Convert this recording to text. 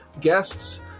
guests